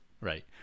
Right